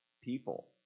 people